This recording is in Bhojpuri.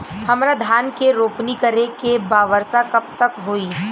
हमरा धान के रोपनी करे के बा वर्षा कब तक होई?